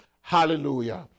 Hallelujah